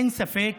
אין ספק